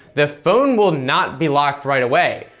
the phone will not be locked right away,